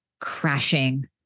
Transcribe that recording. crashing